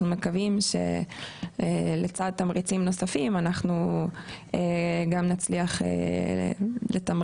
מקווים שלצד תמריצים נוספים אנחנו גם נצליח לתמרץ